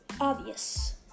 obvious